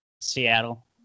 Seattle